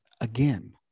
again